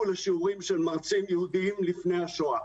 לשיעורים של מרצים יהודים לפני השואה.